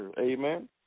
Amen